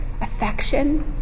affection